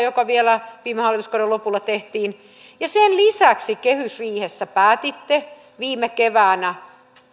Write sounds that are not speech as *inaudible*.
*unintelligible* joka vielä viime hallituskauden lopulla tehtiin ja sen lisäksi kehysriihessä päätitte viime keväänä